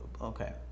Okay